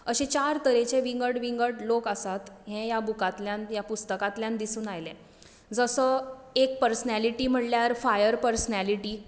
अशी चार तरेचे विंगड विंगड लोक आसात हें ह्या बुकांतल्यान ह्या पुस्तकांतल्यान दिसून आयलें जसो एक पर्सनेलिटी म्हणल्यार फायर पर्सनेलिटी